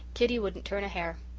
kitty wouldn't turn a hair.